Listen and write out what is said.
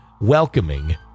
welcoming